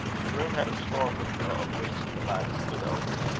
the room had a storm-window, of which the lattice stood open.